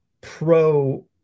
pro